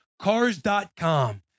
Cars.com